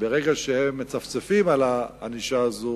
וברגע שהם מצפצפים על הענישה הזאת,